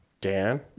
Dan